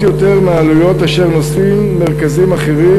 יותר מהעלויות אשר נושאים בהן מרכזים אחרים,